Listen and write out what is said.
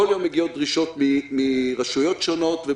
בכל יום מגיעות דרישות מרשויות שונות,